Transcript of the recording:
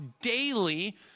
daily